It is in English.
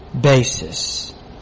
basis